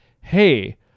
hey